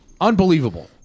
Unbelievable